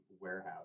warehouse